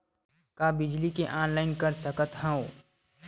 का बिजली के ऑनलाइन कर सकत हव?